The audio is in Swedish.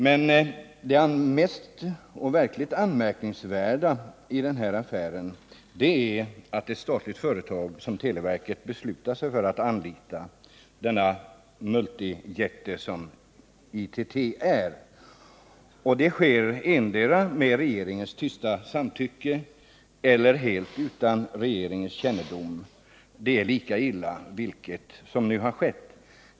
Men det verkligt anmärkningsvärda i den här affären är att ett statligt företag som televerket beslutar sig för att anlita denna multijätte som ITT är. Och det sker antingen med regeringens tysta samtycke eller helt utan regeringens kännedom. Det är lika illa, vilketdera som än har skett.